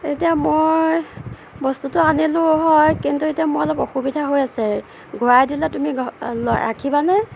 এতিয়া মই বস্তুটো আনিলোঁ হয় কিন্তু এতিয়া মোৰ অলপ অসুবিধা হৈ আছে ঘূৰাই দিলে তুমি ৰাখিবানে